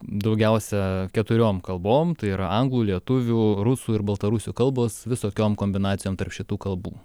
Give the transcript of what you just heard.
daugiausia keturiom kalbom tai yra anglų lietuvių rusų ir baltarusių kalbos visokiom kombinacijom tarp šitų kalbų